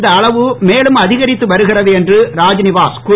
இந்த அளவு மேலும் அதிகரித்து வருகிறது என்று ராத்நிவாஸ் கூறியுள்ளது